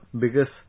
biggest